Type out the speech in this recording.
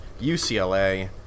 UCLA